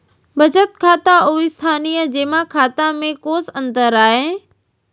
बचत खाता अऊ स्थानीय जेमा खाता में कोस अंतर आय?